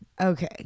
okay